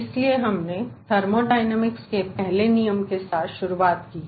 इसलिए हमने थर्मोडायनामिक्स के पहले नियम के साथ शुरुआत की है